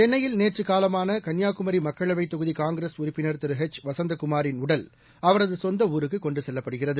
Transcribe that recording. சென்னையில் நேற்று காலமான கன்னியாகுமரி மக்களவை தொகுதி காங்கிரஸ் உறுப்பினர் திரு எச் வசந்தகுமாரின் உடல் அவரது சொந்த ஊருக்கு கொண்டு செல்லப்படுகிறது